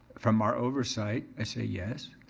from our oversight, i say yes.